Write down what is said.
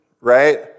right